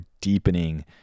deepening